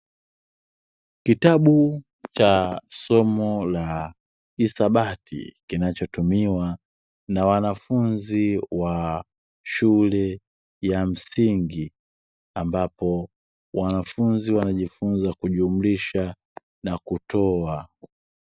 Kitabu cha somo la hisabati kinachotumiwa na wanafunzi wa shule ya msingi ambapo wanafunzi wanajifunza kujumlisha na kutoa.